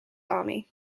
army